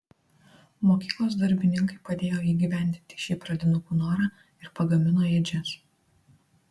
mokyklos darbininkai padėjo įgyvendinti šį pradinukų norą ir pagamino ėdžias